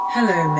Hello